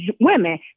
women